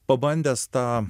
pabandęs tą